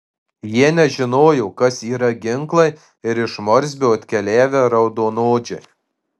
jie nežinojo kas yra ginklai ir iš morsbio atkeliavę raudonodžiai